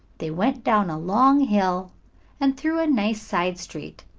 they went down a long hill and through a nice side street,